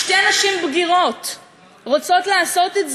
שתי נשים בגירות רוצות לעשות את זה.